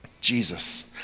Jesus